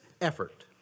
effort